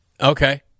Okay